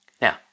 Now